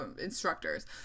instructors